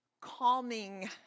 calming